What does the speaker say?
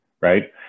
right